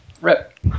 Rip